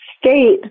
state